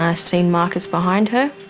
um seen marcus behind her.